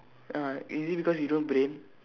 uh is it because you don't have brain